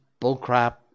bullcrap